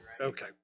Okay